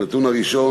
הנתון הראשון,